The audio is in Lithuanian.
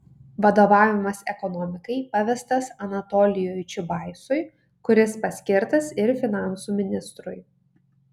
vadovavimas ekonomikai pavestas anatolijui čiubaisui kuris paskirtas ir finansų ministrui